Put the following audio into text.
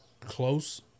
close